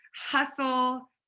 hustle